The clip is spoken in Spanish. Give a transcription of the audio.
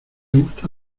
gusta